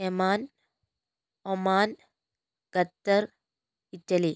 Yemen Oman Qatar Italy